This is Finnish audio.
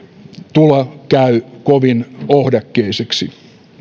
tulo käy kovin ohdakkeiseksi